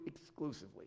exclusively